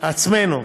על עצמנו,